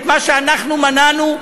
את מה שאנחנו מנענו,